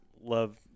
love